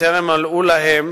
שטרם מלאו להם